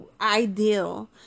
ideal